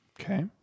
Okay